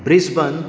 Brisbane